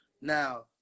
Now